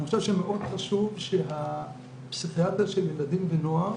אני חושב שמאוד חשוב שהפסיכיאטר של ילדים ונוער